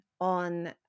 on